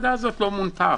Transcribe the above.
היא אפילו לא מונתה.